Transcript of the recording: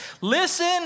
Listen